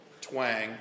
twang